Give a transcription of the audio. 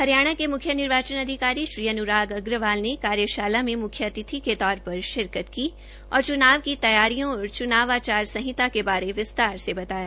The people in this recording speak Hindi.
हरियाणा के मुख्य निर्वाचन अधिकारी श्री अनुराम अग्रवाल ने कार्यशाला मे मुख्य अतिथि के तौर पर शिरकत की और च्नाव की तैयारियों और चूनाव आचार संहिता के बारे विस्तार से बताया